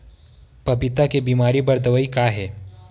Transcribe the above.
पपीता के बीमारी बर दवाई का हे?